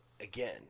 again